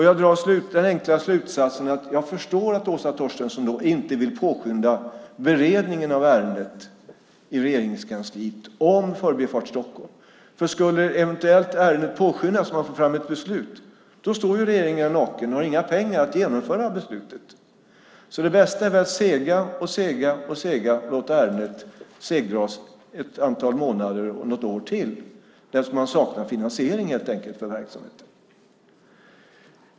Jag drar den enkla slutsatsen att Åsa Torstensson inte vill påskynda beredningen av ärendet i Regeringskansliet, för om ärendet skulle påskyndas och man fick fram ett beslut skulle regeringen stå där naken utan pengar att verkställa beslutet. Det bästa är väl därför att sega och sega och låta ärendet dra ut på tiden ett antal månader eller ett år till eftersom man saknar finansiering för verksamheten.